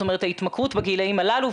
זאת אומרת ההתמכרות בגילים הללו,